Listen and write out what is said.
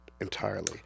entirely